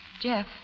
Jeff